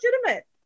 legitimate